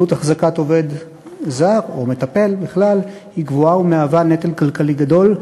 עלות החזקת עובד זר או מטפל בכלל היא גבוהה ומהווה נטל כלכלי גדול.